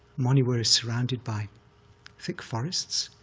monywa is surrounded by thick forests,